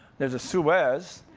there's a suez,